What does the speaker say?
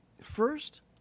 First